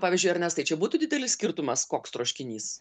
pavyzdžiui ernestai čia būtų didelis skirtumas koks troškinys